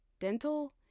dental